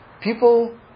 People